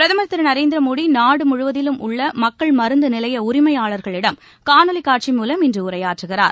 பிரதம் திரு நரேந்திர மோடி நாடு முழுவதிலும் உள்ள மக்கள் மருந்து நிலைய உரிமையாள்களிடம் காணொலி காட்சி மூலம் இன்று உரையாற்றுகிறார்